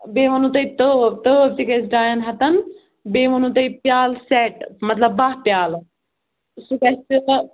بیٚیہِ ووٚنوٕ تۄہہِ تٲو تٲو تہِ گژھِ ڈایَن ہَتن بیٚیہِ ووٚنوٕ تۄہہِ پیٛالہٕ سیٹ مطلب باہ پیٛالہٕ سُہ گژھِ تہِ تہٕ